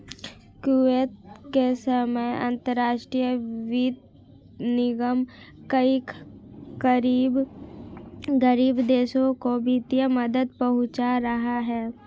Kuwait के समय अंतरराष्ट्रीय वित्त निगम कई गरीब देशों को वित्तीय मदद पहुंचा रहा है